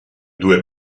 due